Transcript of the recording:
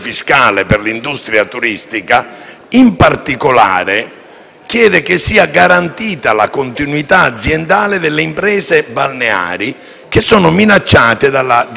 che sia garantita la continuità aziendale delle imprese balneari che sono minacciate dalla direttiva Bolkestein. Lo stesso Bolkenstein ha detto che non